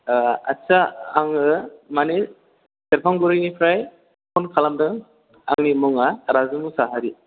ओ आदसा आङो मानि सेरफांगुरिनिफ्राय फन खालामदों आंनि मुङा राजु मुसाहारि